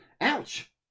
Ouch